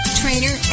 trainer